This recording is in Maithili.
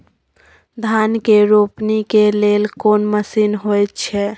धान के रोपनी के लेल कोन मसीन होयत छै?